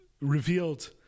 revealed